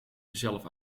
jezelf